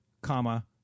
comma